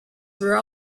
were